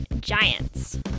giants